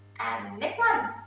and next one.